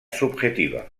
subjetiva